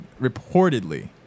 reportedly